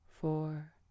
Four